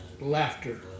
laughter